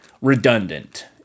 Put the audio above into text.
redundant